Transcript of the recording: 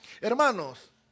Hermanos